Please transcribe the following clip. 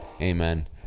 Amen